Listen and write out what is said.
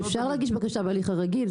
ואפשר להגיש בקשה בהליך רגיל,